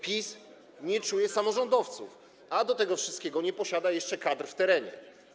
PiS nie czuje samorządów, a do tego wszystkiego nie posiada jeszcze kadr w terenie.